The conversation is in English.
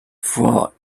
for